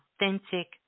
authentic